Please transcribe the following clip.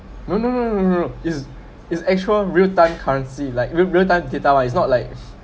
no no no no no is is actual real time currency like real real time data lah it's not like